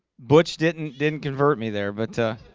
butch didn't didn't convert me there but